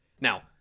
Now